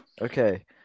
Okay